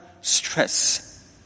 stress